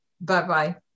Bye-bye